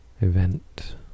event